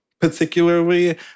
particularly